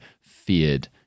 feared